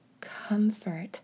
comfort